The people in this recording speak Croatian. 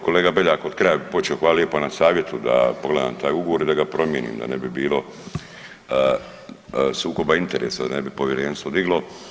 Kolega Beljak … [[Govornik se ne razumije]] hvala lijepo na savjetu da pogledam taj ugovor i da ga promijenim da ne bi bilo sukoba interesa, da ne bi povjerenstvo diglo.